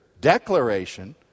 declaration